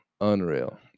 unreal